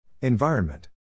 Environment